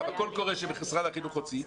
קורא שמשרד החינוך הוציא,